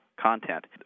content